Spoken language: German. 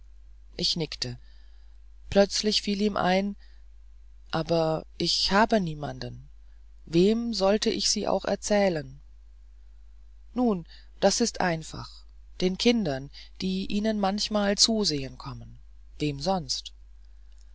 ich nickte plötzlich fiel ihm ein aber ich habe niemanden wem sollte ich sie auch erzählen nun das ist einfach den kindern die ihnen manchmal zusehen kommen wem sonst